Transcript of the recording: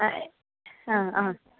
അതെ ആ ആ